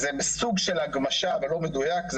סוג של הגמשה אבל לא מדויק,